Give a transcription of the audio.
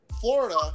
Florida